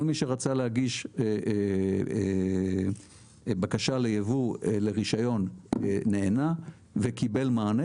כל מי שרצה להגיש בקשה ליבוא לרישיון נענה וקיבל מענה.